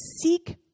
Seek